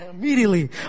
immediately